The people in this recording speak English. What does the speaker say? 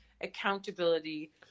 accountability